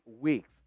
weeks